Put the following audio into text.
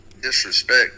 disrespect